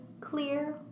Clear